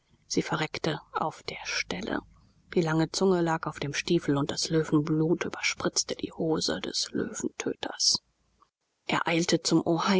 sie verreckte auf der stelle die lange zunge lag auf dem stiefel und das löwenblut überspritzte die hose des löwentöters er eilte zum